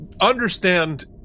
understand